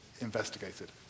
investigated